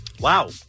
Wow